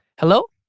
hello?